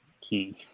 key